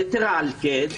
יתרה על כן,